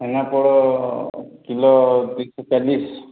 ଛେନା poda kilo ଦୁଇ ଶହ ଚାଲିଶ